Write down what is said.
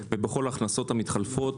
ובכל הכנסות המתחלפות,